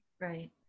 Right